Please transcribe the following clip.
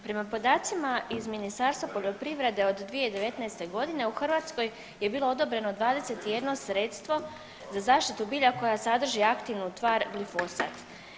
Prema podacima iz Ministarstva poljoprivrede od 2019.g. u Hrvatskoj je bilo odobreno 21 sredstvo za zaštitu bilja koja sadrži aktivnu tvar glifosat.